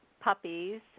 puppies